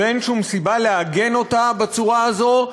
ואין שום סיבה לעגן אותה בצורה הזו.